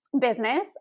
business